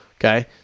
Okay